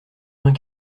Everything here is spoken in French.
vingt